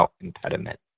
impediment